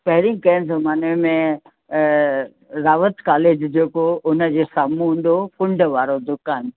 पहिरीं कंहिं ज़माने में रावत कालेज जेको उन जे साम्हूं हूंदो हो कुंड वारो दुकानु